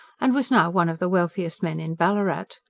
and was now one of the wealthiest men in ballarat.